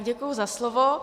Děkuji za slovo.